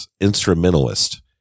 instrumentalist